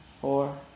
four